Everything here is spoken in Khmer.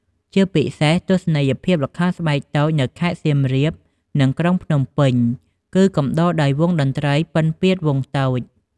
ជាពិសេស ទស្សនីយភាពល្ខោនស្បែកតូចនៅខេត្តសៀមរាប និងក្រុងភ្នំពេញ គឺកំដរដោយវង់តន្ត្រីពិណពាទ្យវង់តូច ។